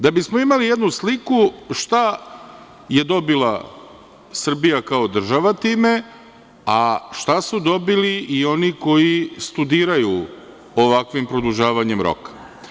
Da bismo imali jednu sliku šta je dobila Srbija kao država time, a šta su dobili i oni koji studiraju ovakvim produžavanjem roka.